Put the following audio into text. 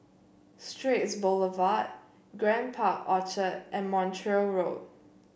Straits Boulevard Grand Park Orchard and Montreal Road